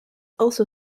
also